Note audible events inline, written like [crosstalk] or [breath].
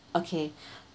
okay [breath]